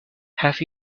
have